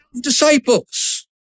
disciples